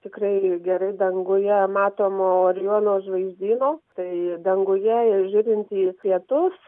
tikrai gerai danguje matomo oriono žvaigždyno tai danguje žiūrint į pietus